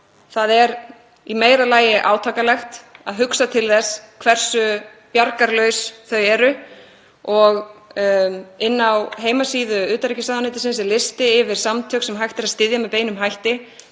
Það er í meira lagi átakanlegt að hugsa til þess hversu bjargarlaus þau eru. Á heimasíðu utanríkisráðuneytisins er listi yfir samtök sem hægt er að styðja með beinum hætti.